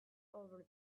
over